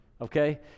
okay